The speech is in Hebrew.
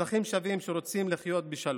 שרוצים לחיות בשלום.